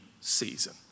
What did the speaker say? season